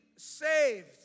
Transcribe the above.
Saved